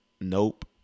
Nope